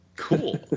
Cool